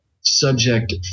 subject